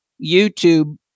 YouTube